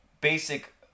basic